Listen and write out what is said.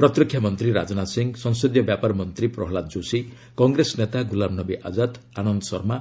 ପ୍ରତୀରକ୍ଷା ମନ୍ତ୍ରୀ ରାଜନାଥ ସିଂହ ସଂସଦୀୟ ବ୍ୟାପାର ମନ୍ତ୍ରୀ ପ୍ରହଲ୍ଲାଦ ଯୋଶୀ କଂଗ୍ରେସ ନେତା ଗୁଲାମ ନବୀ ଆଜାଦ ଆନନ୍ଦ ଶର୍ମା